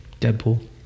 Deadpool